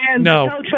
No